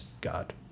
god